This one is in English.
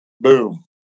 boom